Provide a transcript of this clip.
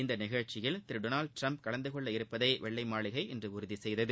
இந்த நிகழ்ச்சியில் திரு டொனால்டு டிரம்ப் கலந்து கொள்ள உள்ளதை வெள்ளை மாளிகை இன்று உறுதி செய்தது